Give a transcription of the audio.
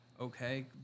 Okay